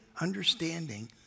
understanding